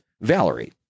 Valerie